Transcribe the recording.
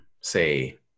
say